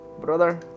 Brother